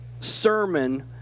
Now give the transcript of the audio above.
sermon